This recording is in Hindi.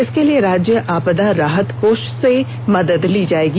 इसके लिए राज्य आपदा राहत कोष से मदद दी जाएगी